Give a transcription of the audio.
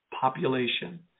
population